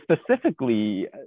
specifically